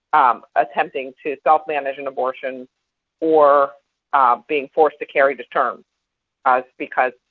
um attempting to self-manage an abortion or ah being forced to carry to term ah because,